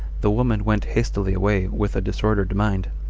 the woman went hastily away with a disordered mind,